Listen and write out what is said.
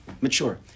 mature